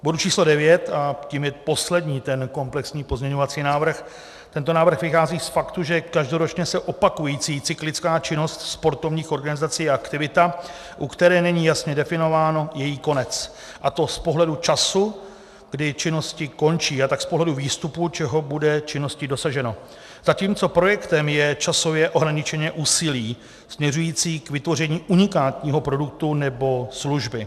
K bodu číslo 9, a tím je poslední komplexní pozměňovací návrh, tento návrh vychází z faktu, že každoročně se opakující cyklická činnost sportovních organizací je aktivita, u které není jasně definován její konec, a to z pohledu času, kdy činnosti končí, a tak z pohledu výstupu, čeho bude činností dosaženo, zatímco projektem je časově ohraničené úsilí směřující k vytvoření unikátního produktu nebo služby.